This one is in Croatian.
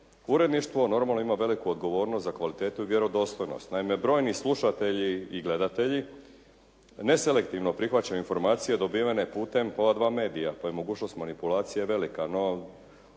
uredništvo normalno ima veliku odgovornost za kvalitetu i vjerodostojnost. Naime brojni slušatelji i gledatelji neselektivno prihvaćaju informacije dobivene putem ova dva medija pa je mogućnost manipulacije velika. No